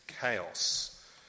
chaos